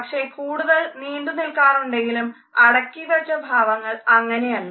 പക്ഷെ കൂടുതൽ നീണ്ടു നിൽക്കാറുണ്ടെങ്കിലും അടക്കി വെച്ച ഭാവങ്ങൾ അങ്ങനെയല്ല